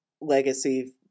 legacy